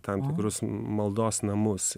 tam tikrus maldos namus